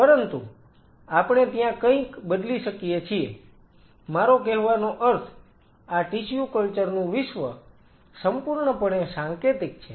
પરંતુ આપણે ત્યાં કંઈક બદલી શકીએ છીએ મારો કહેવાનો અર્થ આ ટિશ્યુ કલ્ચર નું વિશ્વ સંપૂર્ણપણે સાંકેતિક છે